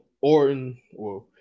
Orton